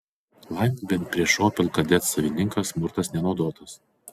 laimė bent prieš opel kadet savininką smurtas nenaudotas